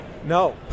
No